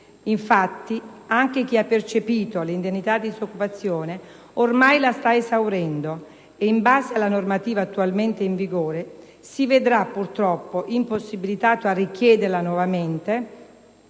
Infatti, anche chi ha percepito l'indennità di disoccupazione ormai la sta esaurendo e, in base alla normativa attualmente in vigore, si vedrà purtroppo impossibilitato a richiederla nuovamente